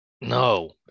No